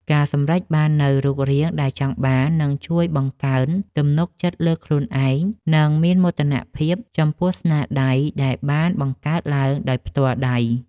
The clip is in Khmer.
ការសម្រេចបាននូវរូបរាងដែលចង់បាន នឹងជួយបង្កើនទំនុកចិត្តលើខ្លួនឯង និងភាពមោទនភាពចំពោះស្នាដៃដែលបានបង្កើតឡើងដោយផ្ទាល់ដៃ។